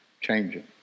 changing